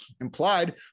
implied